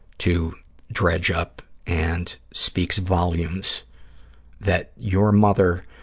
to dredge up and speaks volumes that your mother